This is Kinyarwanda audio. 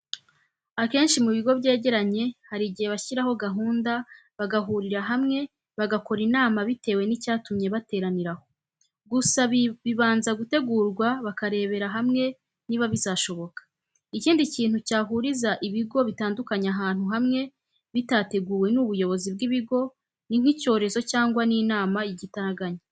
Akenci mu bigo byejyeranye hari ijyihe bashyiraho gahunda bagahurira hamwe bagakora inama bitewe n'icyatumye bateranira aho, gusa bibanza gutegurwa bakareba niba bizashoboka. Ikindi cyintu cyahuriza ibigo bitandukanye ahantu hamwe bitateguwe n'ubuyobozi bw'ibigo ni nk'icyorezo cyangwa inama y'ijyitaraganya.